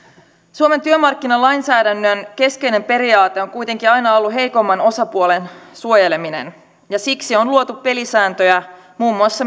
suomen työmarkkinalainsäädännön keskeinen periaate on on kuitenkin aina ollut heikomman osapuolen suojeleminen ja siksi on luotu pelisääntöjä muun muassa